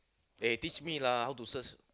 eh teach me lah how to search